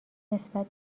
نسبت